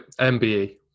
MBE